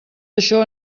això